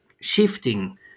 shifting